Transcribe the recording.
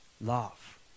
love